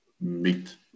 meet